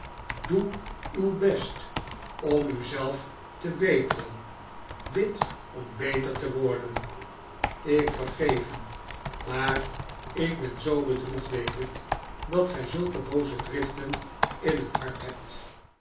doe uw best om uzelf te beteren bid om beter te worden ik vergeef u maar ik ben zoobedroefd david dat gij zulke booze driften in het hart hebt